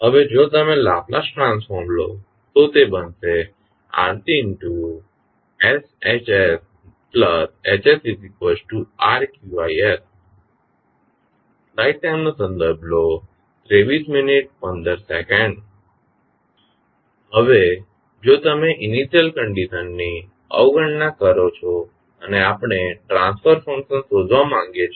હવે જો તમે લાપ્લાસ ટ્રાંસફોર્મ લો તો તે બનશે હવે જો તમે ઇનિશ્યલ કંડીશન ની અવગણના કરો છો અને આપણે ટ્રાંસફર ફંકશન શોધવા માંગીએ છીએ